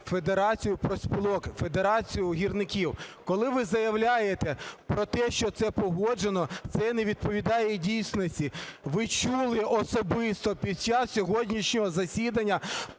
Федерацію профспілок, Федерацію гірників. Коли ви заявляєте про те, що це погоджено, це не відповідає дійсності. Ви чули особисто під час сьогоднішнього засідання